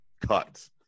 cut